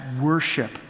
worship